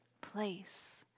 place